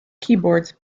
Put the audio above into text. keyboards